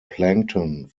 plankton